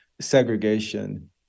segregation